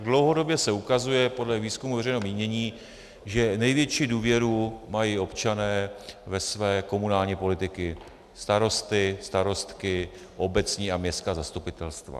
Dlouhodobě se ukazuje podle výzkumů veřejného mínění, že největší důvěru mají občané ve své komunální politiky, starosty, starostky, obecní a městská zastupitelstva.